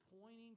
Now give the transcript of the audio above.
pointing